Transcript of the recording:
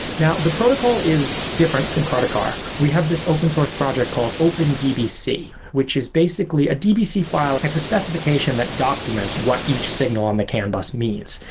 now the protocol is different from car to car. we have this open source project called open dbc, which is basically a dbc file. it's a specification that documents what each signal on the canvas means,